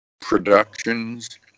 productions